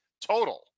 total